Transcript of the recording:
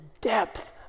depth